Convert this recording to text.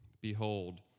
Behold